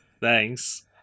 Thanks